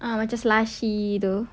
ah macam slushie itu